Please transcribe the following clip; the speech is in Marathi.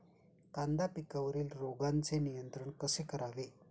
कांदा पिकावरील रोगांचे नियंत्रण कसे करावे?